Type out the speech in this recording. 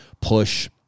push